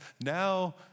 now